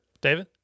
David